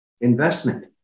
investment